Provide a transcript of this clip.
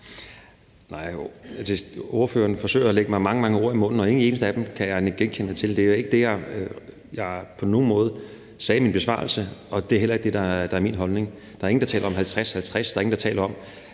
Ordføreren forsøger at lægge mig mange, mange ord i munden, og ikke et eneste af dem kan jeg nikke genkendende til. Det er ikke på nogen måde det, jeg sagde i min besvarelse, og det er heller ikke det, der er min holdning. Der er ingen, der taler om en 50-50-fordeling, der er ingen, der taler om,